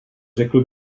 řekl